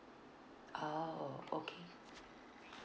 oh okay